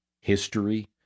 history